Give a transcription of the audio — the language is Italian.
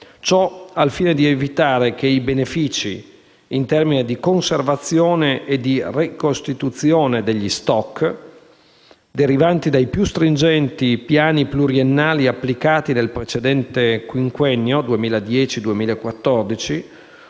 Ciò al fine di evitare che i benefici (in termini di conservazione e ricostituzione degli *stock*) derivanti dai più stringenti piani pluriennali applicati nel precedente quinquennio 2010-2014